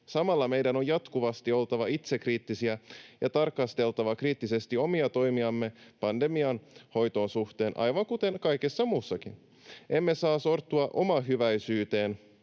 Samalla meidän on jatkuvasti oltava itsekriittisiä ja tarkasteltava kriittisesti omia toimiamme pandemian hoidon suhteen, aivan kuten kaikessa muussakin. Emme saa sortua omahyväisyyteen,